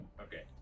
Okay